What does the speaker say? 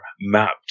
mapped